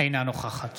אינה נוכחת